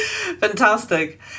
Fantastic